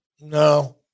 No